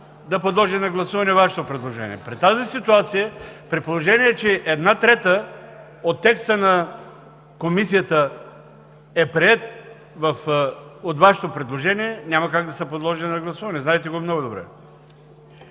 да подложи на гласуване Вашето предложение. При тази ситуация, при положение че една трета от текста на Комисията е приет от Вашето предложение, няма как да се подложи на гласуване. Знаете го много добре.